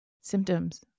symptoms